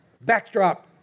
Backdrop